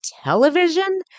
television